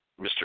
Mr